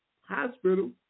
hospital